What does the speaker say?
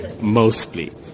mostly